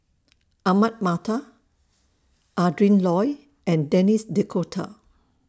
Ahmad Mattar Adrin Loi and Denis D'Cotta